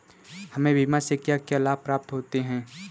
हमें बीमा से क्या क्या लाभ प्राप्त होते हैं?